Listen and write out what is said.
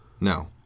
No